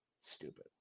Stupid